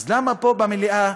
אז למה פה במליאה